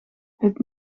het